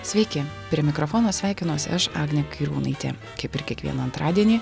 sveiki prie mikrofono sveikinuosi aš agnė kairiūnaitė kaip ir kiekvieną antradienį